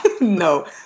No